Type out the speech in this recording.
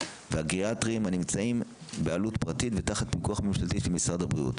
והגריאטריים הנמצאים בבעלות פרטית ותחת פיקוח ממשלתי של משרד הבריאות.